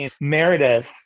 Meredith